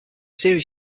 series